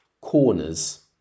corners